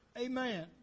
Amen